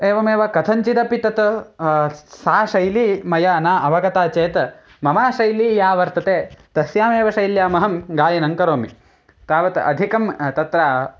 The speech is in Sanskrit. एवमेव कथञ्चिदपि तत् सा शैली मया न अवगता चेत् मम शैली या वर्तते तस्यामेव शैल्याम् अहं गायनं करोमि तावत् अधिकं तत्र